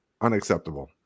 unacceptable